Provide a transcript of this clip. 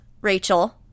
Rachel